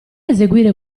eseguire